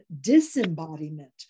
disembodiment